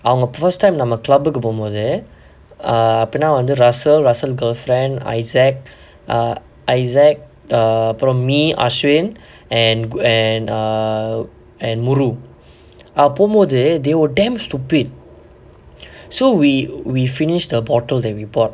அவங்க:avanga first time நம்ம:namma club போம்மோது:pommothu ah பின்ன வந்து:pinna vanthu russel russel girl friend issac ah issac and me ashwin and and muru போம்மோது:pommothu they were damn stupid so we we finish the bottle that we bought